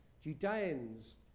Judeans